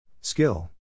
Skill